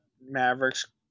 Mavericks